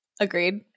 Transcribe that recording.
Agreed